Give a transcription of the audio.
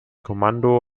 kommando